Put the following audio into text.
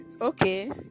Okay